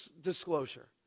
disclosure